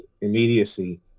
immediacy